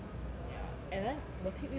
ya and then 我听 yu han 讲